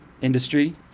industry